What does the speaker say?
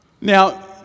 Now